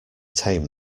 tame